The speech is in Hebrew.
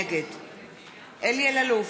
נגד אלי אלאלוף,